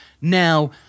Now